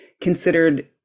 considered